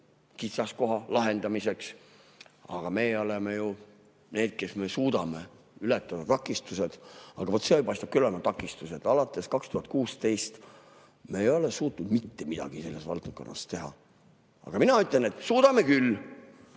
kitsaskoha lahendamiseks. Aga meie oleme ju need, kes me suudame takistused ületada. Vot see paistab küll olevat takistus, et alates 2016 me ei ole suutnud mitte midagi selles valdkonnas teha. Aga mina ütlen, et suudame küll.